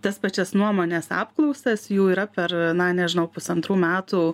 tas pačias nuomonės apklausas jų yra per na nežinau pusantrų metų